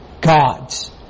God's